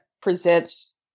presents